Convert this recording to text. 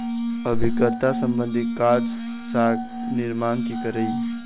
अभिकर्ता संबंधी काज, साख निरमान के करई